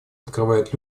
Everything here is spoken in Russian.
открывает